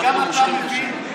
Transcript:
גם אתה מבין,